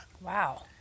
wow